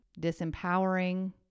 disempowering